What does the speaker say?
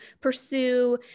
pursue